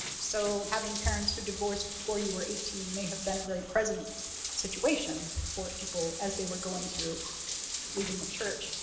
so having parents who divorced before you were eighteen may have been a very present situation for people, as they were going through leaving the church.